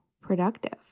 productive